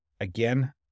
again